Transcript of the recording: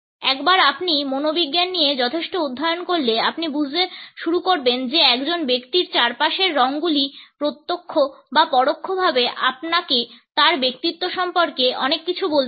একবার আপনি মনোবিজ্ঞান নিয়ে যথেষ্ট অধ্যয়ন করলে আপনি বুঝতে শুরু করবেন যে একজন ব্যক্তির চারপাশের রঙগুলি প্রত্যক্ষ বা পরোক্ষভাবে আপনাকে তার ব্যক্তিত্ব সম্পর্কে অনেক কিছু বলতে পারে